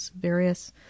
various